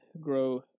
grow